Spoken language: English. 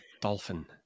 Dolphin